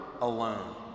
alone